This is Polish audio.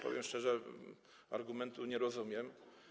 Powiem szczerze - tego argumentu nie rozumiem.